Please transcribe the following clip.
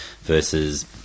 versus